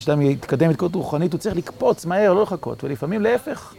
שאדם יתקדם התקדמות רוחנית הוא צריך לקפוץ מהר, לא לחכות, ולפעמים להפך.